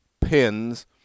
pins